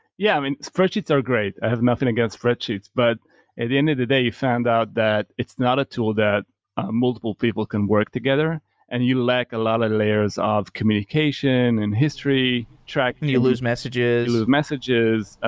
yeah. i mean, spreadsheets are great. i have nothing against spreadsheets. but at the end of the day, you find out that it's not a tool that ah multiple people can work together and you lack a lot of layers of communication and history, tracking you lose messages you lose messages.